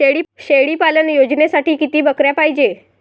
शेळी पालन योजनेसाठी किती बकऱ्या पायजे?